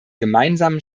gemeinsamen